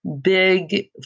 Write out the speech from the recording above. big